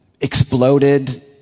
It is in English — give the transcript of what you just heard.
exploded